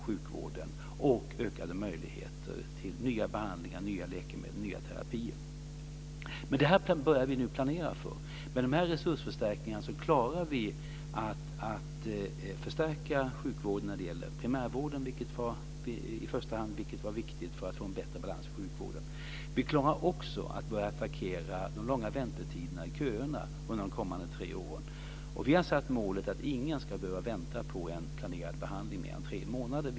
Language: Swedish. Det här börjar vi nu att planera för. Med de här resursförstärkningarna klarar vi att förstärka sjukvården i första hand när det gäller primärvården, vilket var viktigt för att få en bättre balans i sjukvården.